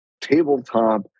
tabletop